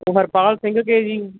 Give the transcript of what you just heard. ਹਰਪਾਲ ਸਿੰਘ ਕੇ ਜੀ